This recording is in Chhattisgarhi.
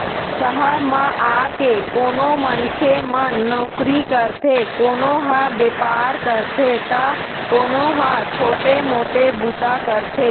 सहर म आके कोनो मनखे मन नउकरी करथे, कोनो ह बेपार करथे त कोनो ह छोटे मोटे बूता करथे